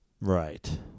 right